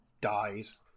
dies